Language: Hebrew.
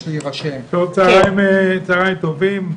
צהריים טובים.